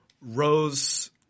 Rose